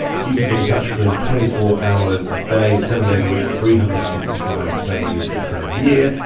you can get in touch with them twenty four hours a day, seven days a week, three hundred and sixty five days a year.